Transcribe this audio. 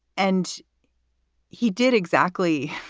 and he did exactly